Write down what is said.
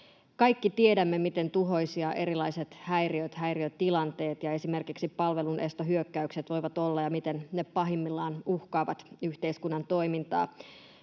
kaikki tiedämme, miten tuhoisia erilaiset häiriöt, häiriötilanteet ja esimerkiksi palvelunestohyökkäykset voivat olla ja miten ne pahimmillaan uhkaavat yhteiskunnan toimintaa.